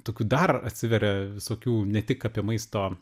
tokių dar atsiveria visokių ne tik apie maisto